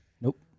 Nope